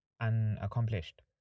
unaccomplished